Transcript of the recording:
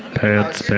pants,